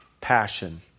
passion